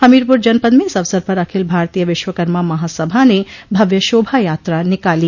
हमीरपुर जनपद में इस अवसर पर अखिल भारतीय विश्वकर्मा महासभा ने भव्य शोभा यात्रा निकाली